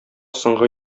соңгы